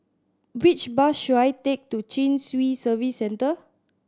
which bus should I take to Chin Swee Service Centre